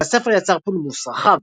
והספר יצר פולמוס רחב.